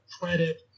credit